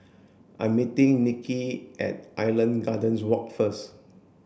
I'm meeting Nikki at Island Gardens Walk first